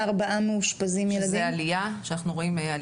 שזה עלייה שאנחנו רואים.